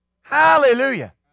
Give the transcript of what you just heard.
Hallelujah